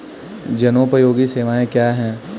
जनोपयोगी सेवाएँ क्या हैं?